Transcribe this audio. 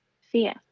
fear